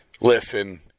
listen